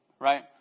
Right